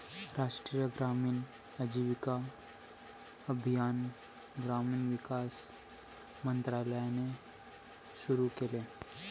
राष्ट्रीय ग्रामीण आजीविका अभियान ग्रामीण विकास मंत्रालयाने सुरू केले